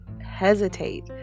hesitate